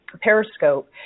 Periscope